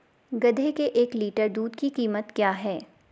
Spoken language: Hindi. गधे के एक लीटर दूध की कीमत क्या है?